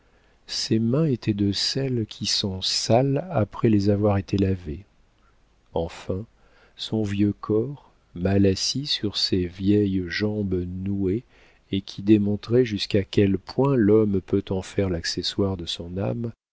ses mains étaient de celles qui sont sales après avoir été lavées enfin son vieux corps mal assis sur ses vieilles jambes nouées et qui démontrait jusqu'à quel point l'homme peut en faire l'accessoire de son âme